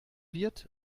wird